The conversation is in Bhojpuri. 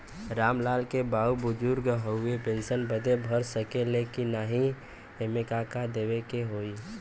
राम लाल के बाऊ बुजुर्ग ह ऊ पेंशन बदे भर सके ले की नाही एमे का का देवे के होई?